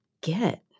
get